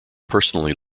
personally